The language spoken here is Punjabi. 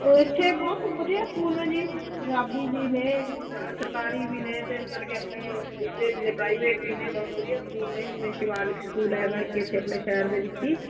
ਇਥੇ ਬਹੁਤ ਵਧੀਆ ਸਕੂਲ ਨੇ ਜੀ ਪੰਜਾਬੀ ਵੀ ਨੇ ਸਰਕਾਰੀ ਵੀ ਨੇ ਅਤੇ ਮਤਲਬ ਕਿ ਆਪਣੇ ਦੂਜੇ ਵੀ ਨੇ ਪ੍ਰਾਈਵੇਟ ਵੀ ਨੇ ਬਹੁਤ ਵਧੀਆ ਸਕੂਲ ਨੇ ਜਿਵੇਂ ਸ਼ਿਵਾਲਿਕ ਸਕੂਲ ਹੈਗਾ ਇੱਕ ਇੱਥੇ ਆਪਣੇ ਸ਼ਹਿਰ ਦੇ ਵਿੱਚ ਹੀ